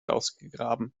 ausgegraben